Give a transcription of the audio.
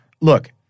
Look—